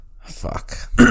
Fuck